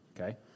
okay